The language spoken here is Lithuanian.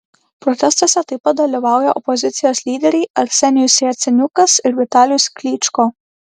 protestuose taip pat dalyvauja opozicijos lyderiai arsenijus jaceniukas ir vitalijus klyčko